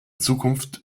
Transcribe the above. zukunft